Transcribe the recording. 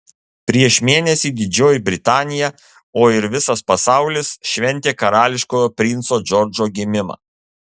prieš mėnesį didžioji britanija o ir visas pasaulis šventė karališkojo princo džordžo gimimą